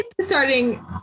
starting